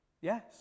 Yes